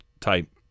type